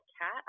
cat